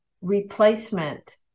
replacement